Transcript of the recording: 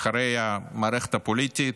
אחרי המערכת הפוליטית,